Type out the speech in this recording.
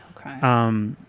Okay